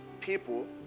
people